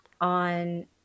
on